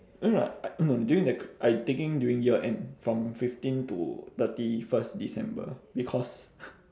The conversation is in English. no no I no no during the I taking during year end from fifteen to thirty first december because